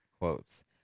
Quotes